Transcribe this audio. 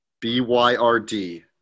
B-Y-R-D